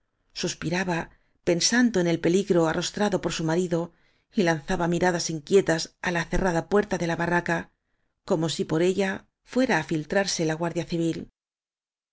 suspiraba pen sando en el peligro arrostrado por su marido y lanzaba miradas inquietas á la cerrada puer ta de la barraca como si por ella fuera á filtrar se la guardia civil